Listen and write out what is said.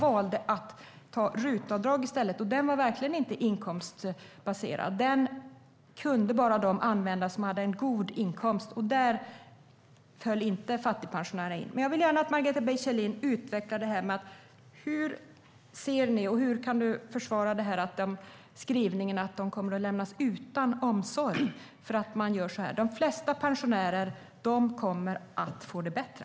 De valde därför att använda RUT-avdraget i stället, och det var verkligen inte inkomstbaserat. Det kunde bara de använda som hade en god inkomst, och där omfattades inte fattigpensionärerna. Jag vill gärna att Margareta B Kjellin svarar på hur hon kan försvara skrivningen att de äldre kommer att lämnas utan omsorg. De flesta pensionärer kommer att få det bättre.